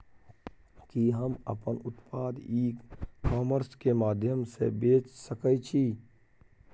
कि हम अपन उत्पाद ई कॉमर्स के माध्यम से बेच सकै छी?